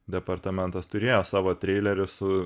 departamentas turėjo savo treilerį su